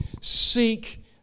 Seek